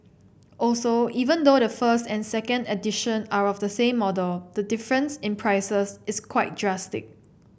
also even though the first and second edition are of the same model the difference in prices is quite drastic